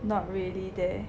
not really there